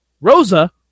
Rosa